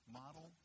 model